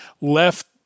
left